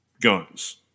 guns